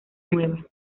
nueva